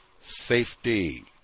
Safety